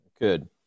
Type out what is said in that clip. Good